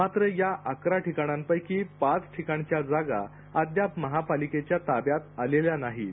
मात्र या अकरा ठिकाणांपैकी पाच ठिकाणच्या जागा अद्याप महापालिकेच्या ताब्यात आलेल्या नाहीत